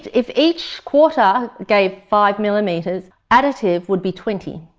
if each quarter gave five millimetres, additive would be twenty.